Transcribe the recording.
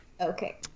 Okay